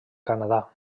canadà